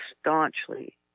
staunchly